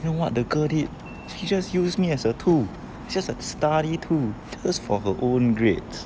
you know what the girl did she just use me as a tool just a study tool just for her own grades